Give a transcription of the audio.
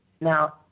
Now